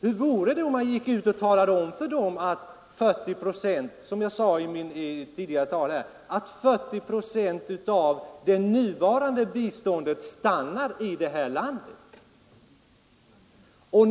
Hur vore det att gå ut och tala om att 40 procent, som jag sade i mitt tidigare inlägg, av det nuvarande biståndet stannar inom landet?